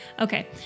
Okay